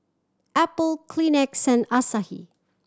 Apple Kleenex Asahi